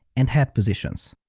and head positions.